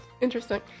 interesting